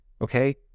Okay